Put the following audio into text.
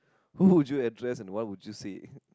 who would you address and what would you say